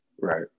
Right